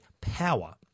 power